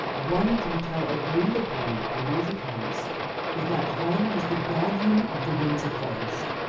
one detail agreed upon by these accounts is that herne was the guardian of the windsor forest,